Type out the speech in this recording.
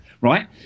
right